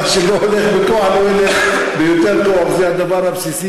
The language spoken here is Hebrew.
אבל גילה לא הייתה תת-אלוף, ואני, מצד שני,